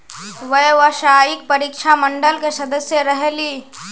व्यावसायिक परीक्षा मंडल के सदस्य रहे ली?